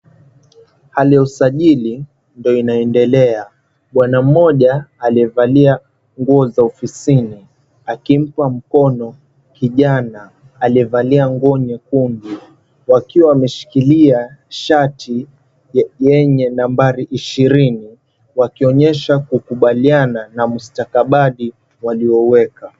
Hali ya usajili ndo inayoendelea, bwana mmoja aliyevalia nguo za ofisini akimpa mkono kijana aliyevalia nguo nyekundu, wakiwa wameshikilia shati yenye nambari ishirini wakionyesha kukubaliana na mustakabadhi waliouweka.